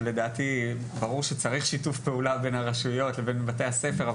שברור שצריך שיתוף פעולה בין הרשויות לבין בתי הספר,